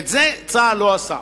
ואת זה צה"ל לא עשה.